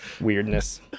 weirdness